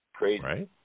Right